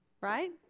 right